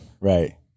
Right